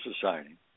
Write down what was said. Society